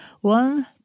One